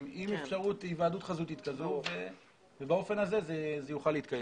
עם אפשרות להיוועדות חזותית כזאת ובאופן הזה זה יוכל להתקיים.